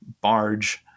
barge